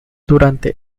durante